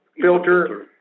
filter